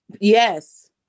Yes